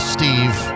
Steve